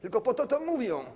Tylko po to tak mówią.